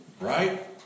right